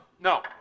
no